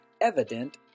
evident